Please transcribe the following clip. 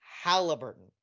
Halliburton